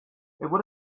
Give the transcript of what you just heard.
would